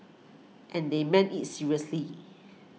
and they meant it seriously